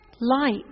Light